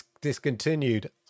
discontinued